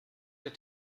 der